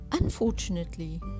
Unfortunately